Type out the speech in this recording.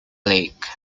lake